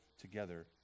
together